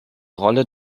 rolle